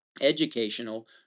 educational